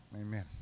Amen